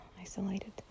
isolated